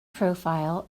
profile